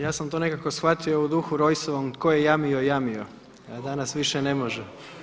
Ja sam to nekako shvatio u duhu Rojsovom, tko je jamio, jamio, a danas više ne može.